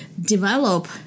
develop